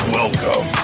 welcome